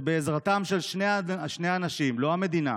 ובעזרתם של שני אנשים, לא המדינה